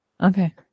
Okay